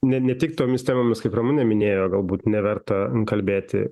ne ne tik tomis temomis kaip ramunė minėjo galbūt neverta kalbėti